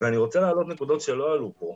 ואני רוצה להעלות נקודות שלא עלו פה.